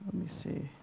me see.